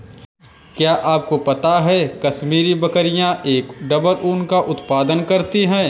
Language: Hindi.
क्या आपको पता है कश्मीरी बकरियां एक डबल ऊन का उत्पादन करती हैं?